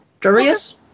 Darius